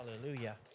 Hallelujah